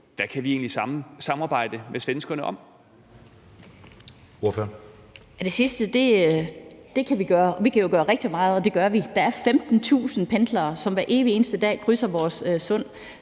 Ordføreren. Kl. 11:29 Annette Lind (S): Det sidste kan vi gøre. Vi kan jo gøre rigtig meget, og det gør vi. Der er 15.000 pendlere, som hver evig eneste dag krydser vores Sund,